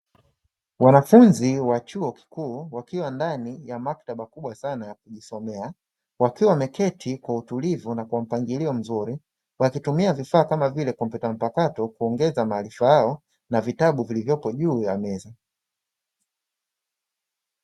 Wanafunzi wa chuo kikuu wakiwa ndani ya maktaba kubwa sana ya kujisomea, wakiwa wameketi kwa utulivu na kwa mpangilio mzuri, wakitumia vifaa kama vile kompyuta mpakato kuongeza maarifa yao na vitabu vilivyoko juu ya meza.